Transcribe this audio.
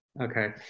okay